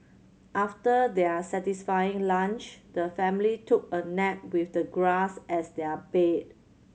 after their satisfying lunch the family took a nap with the grass as their bed